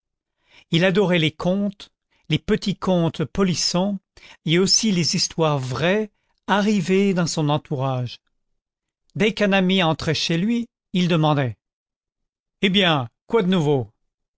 il adorait les contes les petits contes polissons et aussi les histoires vraies arrivées dans son entourage dès qu'un ami entrait chez lui il demandait eh bien quoi de nouveau